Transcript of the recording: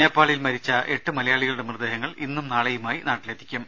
നേപ്പാളിൽ മരിച്ച എട്ട് മലയാളികളുടെ മൃതദേഹങ്ങൾ ഇന്നും നാളെ യുമായി നാട്ടിലെത്തിക്കും